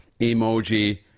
emoji